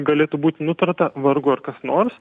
galėtų būt nutarta vargu ar kas nors